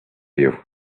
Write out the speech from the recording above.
you